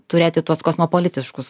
turėti tuos kosmopolitiškus